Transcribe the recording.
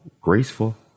Graceful